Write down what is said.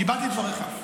קיבלתי את דבריך.